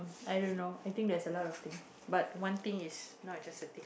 i don't know I think there's a lot of things but one things is not just a thing